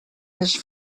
més